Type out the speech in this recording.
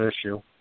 issue